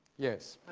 yes.